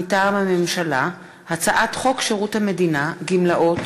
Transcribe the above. מטעם הממשלה: הצעת חוק שירות המדינה (גמלאות)